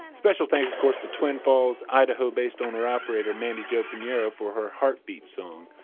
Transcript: special thanks of course to twin falls, idaho-based owner-operator mandi jo pinheiro for her heartbeat song.